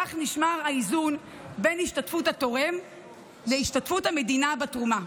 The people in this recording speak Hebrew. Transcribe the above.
כך נשמר האיזון בין השתתפות התורם להשתתפות המדינה בתרומה.